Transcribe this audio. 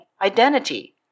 identity